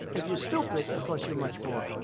if you're stupid, it costs you much more.